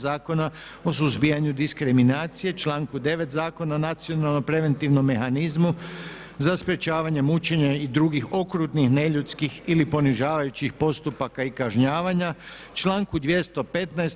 Zakona o suzbijanju diskriminacije, članku 9. Zakona o nacionalno preventivnom mehanizmu za sprječavanje mučenja i drugih okrutnih neljudskih ili ponižavajućih postupaka i kažnjavanja, članku 215.